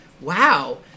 Wow